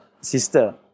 sister